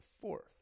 fourth